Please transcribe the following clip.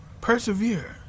Persevere